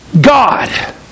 God